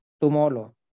tomorrow